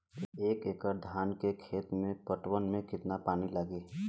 एक एकड़ धान के खेत के पटवन मे कितना पानी लागि?